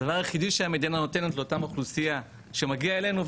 הדבר היחידי שהמדינה שנותנת לאותה אוכלוסייה שמגיעה אלינו,